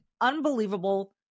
unbelievable